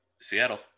Seattle